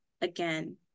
again